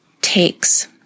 takes